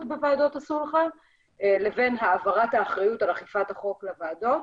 בוועדות הסולחה לבין העברת האחריות על אכיפת החוק לוועדות.